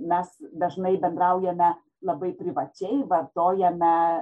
mes dažnai bendraujame labai privačiai vartojame